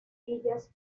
villas